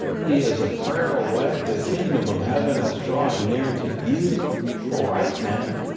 he is a prayer away. the kingdom of heaven is drawing near to you right now.